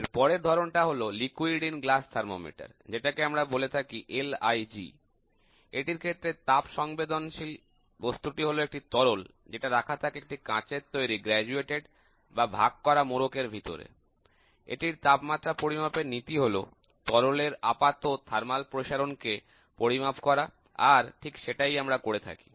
এরপরের ধরনটা হলো তরল পূর্ণ কাচের থার্মোমিটার যেটাকে আমরা বলে থাকি LIG এটির ক্ষেত্রে তাপ সংবেদনশীল বস্তুটি হলো একটি তরল যেটা রাখা থাকে একটি কাচের তৈরি বিভাজিত মোড়ক এর ভিতরে এটির তাপমাত্রা পরিমাপের নীতি হল তরলের আপাত তাপীয় প্রসারণ কে পরিমাপ করা আর আমরা ঠিক সেটাই করে থাকি